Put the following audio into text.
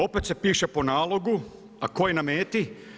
Opet se piše po nalogu, a tko je na meti?